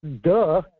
duh